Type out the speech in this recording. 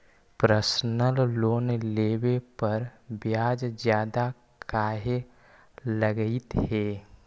Personal loan लेबे पर ब्याज ज्यादा काहे लागईत है?